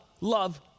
love